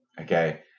Okay